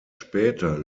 später